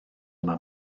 yma